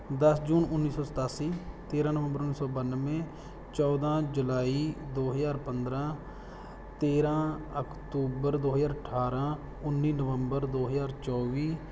ਦਸ ਜੂਨ ਉੱਨੀ ਸੌ ਸਤਾਸੀ ਤੇਰਾਂ ਨਵੰਬਰ ਉੱਨੀ ਸੌ ਬਾਨਵੇਂ ਚੌਦਾਂ ਜੁਲਾਈ ਦੋ ਹਜ਼ਾਰ ਪੰਦਰਾਂ ਤੇਰਾਂ ਅਕਤੂਬਰ ਦੋ ਹਜ਼ਾਰ ਅਠਾਰਾਂ ਉੱਨੀ ਨਵੰਬਰ ਦੋ ਹਜ਼ਾਰ ਚੌਵੀ